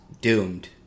doomed